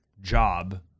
job